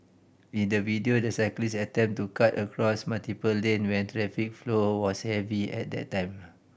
in the video the cyclist attempted to cut across multiple lane when traffic flow was heavy at that time